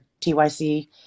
TYC